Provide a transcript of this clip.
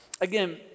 again